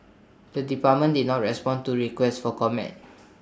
the department did not respond to requests for comment